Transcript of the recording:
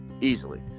Easily